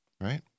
right